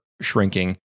shrinking